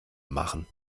machen